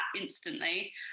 instantly